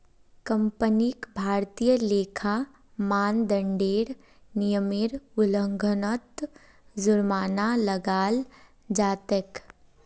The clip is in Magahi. कंपनीक भारतीय लेखा मानदंडेर नियमेर उल्लंघनत जुर्माना लगाल जा तेक